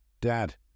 Dad